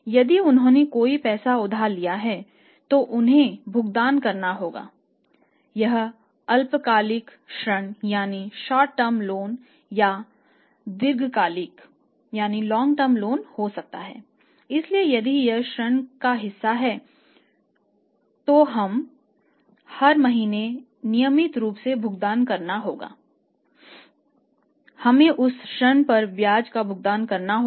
यदि उन्होंने कोई पैसा उधार लिया है तो उन्हें भुगतान करना होगा